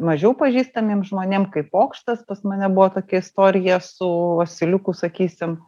mažiau pažįstamiem žmonėm kaip pokštas pas mane buvo tokia istorija su asiliuku sakysim